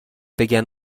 بگن